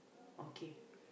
okay